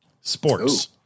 sports